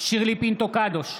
פינטו קדוש,